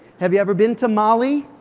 have you ever been to mali?